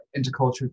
intercultural